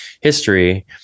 history